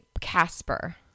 Casper